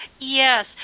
Yes